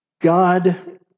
God